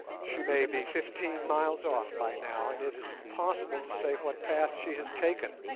she may be fifteen miles off by now, and it is impossible to say what path she has taken.